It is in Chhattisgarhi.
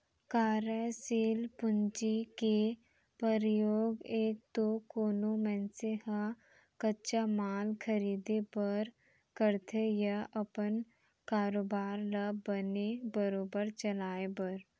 कारयसील पूंजी के परयोग एक तो कोनो मनसे ह कच्चा माल खरीदें बर करथे या अपन कारोबार ल बने बरोबर चलाय बर